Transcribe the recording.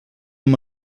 amb